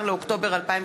12 באוקטובר 2015,